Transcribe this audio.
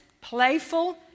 playful